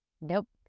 nope